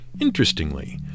Interestingly